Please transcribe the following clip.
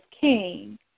king